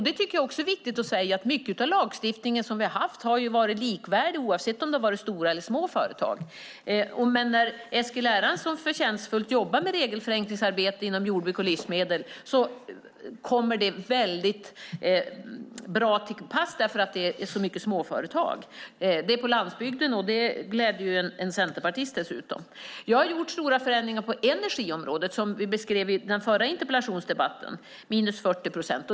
Det är viktigt att säga att mycket av den lagstiftning vi har haft har varit likvärdig oavsett om det har varit stora eller små företag. När Eskil Erlandsson förtjänstfullt jobbar med regelförenklingsarbete inom jordbruk och livsmedelsbranschen kommer det väldigt bra till pass eftersom det är så många småföretag. De är dessutom på landsbygden, och det gläder också en centerpartist. Jag har gjort stora förändringar på energiområdet, som vi beskrev i den tidigare interpellationsdebatten. Det är minus 40 procent.